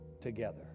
together